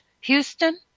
Houston